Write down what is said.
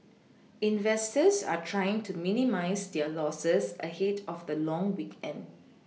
investors are trying to minimise their Losses ahead of the long weekend